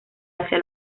hacia